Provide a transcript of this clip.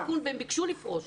שביקשו לפרוש.